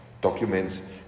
documents